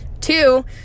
Two